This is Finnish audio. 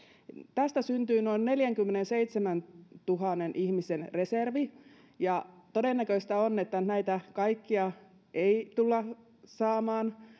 tästä syntyy noin neljänkymmenenseitsemäntuhannen ihmisen reservi todennäköistä on että näitä kaikkia ei tulla saamaan